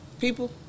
People